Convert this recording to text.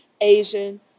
Asian